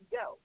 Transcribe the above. go